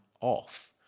off